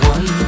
One